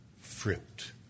Fruit